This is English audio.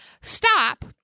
stop